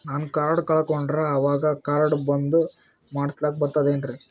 ನಾನು ಕಾರ್ಡ್ ಕಳಕೊಂಡರ ಅವಾಗ ಕಾರ್ಡ್ ಬಂದ್ ಮಾಡಸ್ಲಾಕ ಬರ್ತದೇನ್ರಿ?